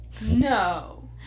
No